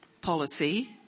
policy